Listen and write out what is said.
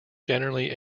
generally